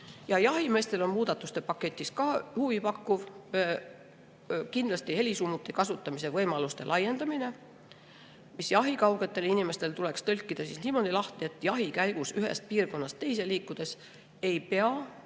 jahimeestele on muudatuste paketis huvipakkuvat, näiteks kindlasti helisummuti kasutamise võimaluste laiendamine, mis jahikaugetele inimestele tuleks tõlkida niimoodi lahti, et jahi käigus ühest piirkonnast teise liikudes ei pea